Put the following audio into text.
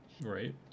right